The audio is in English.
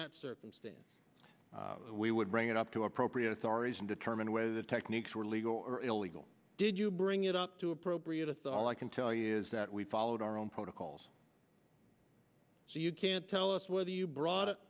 that circumstance we would bring it up to appropriate authorities and determine whether the techniques were legal or illegal did you bring it up to appropriate athol i can tell you is that we followed our own protocols so you can't tell us whether you brought it